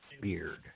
Beard